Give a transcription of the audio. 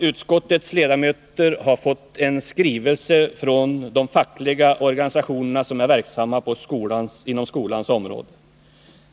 Utskottets ledamöter har fått en skrivelse från samtliga fackliga organisationer som är verksamma inom skolans område.